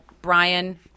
Brian